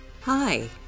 Hi